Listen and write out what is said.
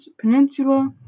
Peninsula